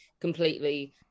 completely